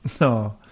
No